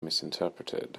misinterpreted